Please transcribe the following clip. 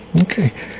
Okay